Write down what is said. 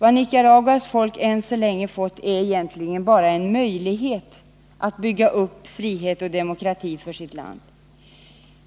Vad Nicaraguas folk än så länge fått är egentligen bara en möjlighet att bygga upp frihet och demokrati för sitt land.